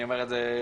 אני אומר את זה,